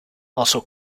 also